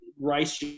Rice